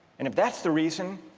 and if that's the reason